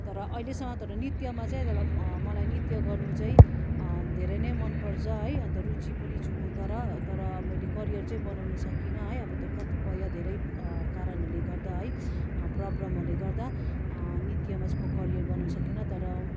तर अहिलेसम्म तर नृत्यमा तर मलाई नृत्य गर्नु चाहिँ धेरै नै मन पर्छ है अन्त रुचि पनि छु म तर तर अब मैले करियर चाहिँ बनाउनु सकिनँ है अब त कतिपय धेरै कारणहरूले गर्दा है प्रब्लमहरूले गर्दा नृयमा चाहिँ म करियर बनाउनु सकिनँ तर